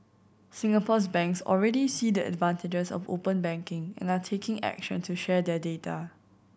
Singapore's banks already see the advantages of open banking and are taking action to share their data